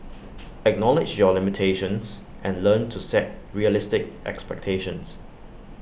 acknowledge your limitations and learn to set realistic expectations